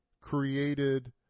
created